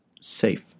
safe